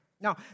Now